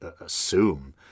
assume